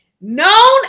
Known